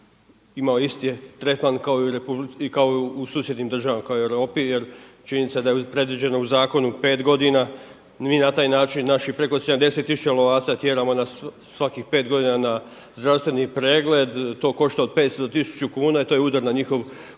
Imao je isti tretman kao i u susjednim državama, kao i u Europi jer činjenica je da je predviđeno u zakonu pet godina. Mi na taj način naših preko 70 000 lovaca tjeramo svakih pet godina na zdravstveni pregled. To košta od 500 do 1000 kuna i to je udar na njihov